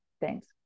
Thanks